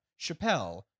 chappelle